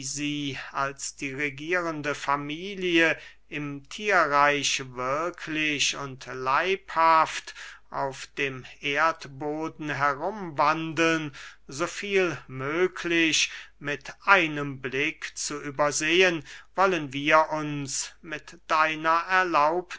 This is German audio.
sie als die regierende familie im thierreich wirklich und leibhaft auf dem erdboden herumwandeln so viel möglich mit einem blick zu übersehen wollen wir uns mit deiner